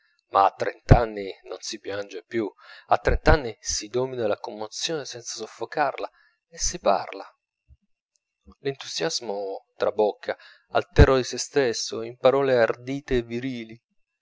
ma a trent'anni non si piange più a trent'anni si domina la commozione senza soffocarla e si parla l'entusiasmo trabocca altero di sè stesso in parole ardite e virili